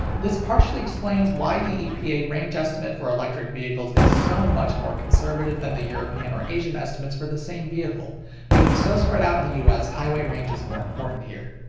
this partially explains why the epa range estimate for electric vehicles is so much more conservative than the european or asian estimates for the same vehicle being so spread out in the us, highway range is more important here.